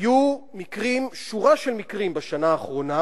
היתה שורה של מקרים בשנה האחרונה